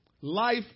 Life